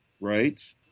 right